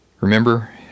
Remember